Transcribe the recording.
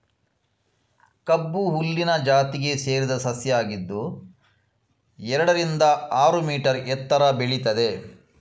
ಕಬ್ಬು ಹುಲ್ಲಿನ ಜಾತಿಗೆ ಸೇರಿದ ಸಸ್ಯ ಆಗಿದ್ದು ಎರಡರಿಂದ ಆರು ಮೀಟರ್ ಎತ್ತರ ಬೆಳೀತದೆ